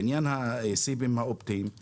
בעניין הסיבים האופטיים,